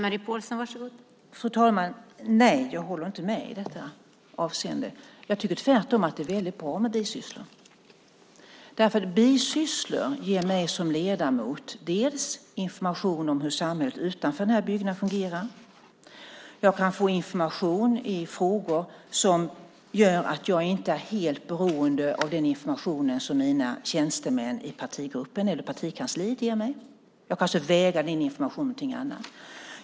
Fru talman! Nej, jag håller inte med i detta avseende. Jag tycker tvärtom att det är väldigt bra med bisysslor. Bisysslor ger nämligen mig som ledamot information om hur samhället utanför den här byggnaden fungerar. Jag kan få information i frågor som gör att jag inte är helt beroende av den information som mina tjänstemän i partigruppen eller på partikansliet ger mig. Jag kan också väga den informationen mot annat.